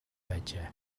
байжээ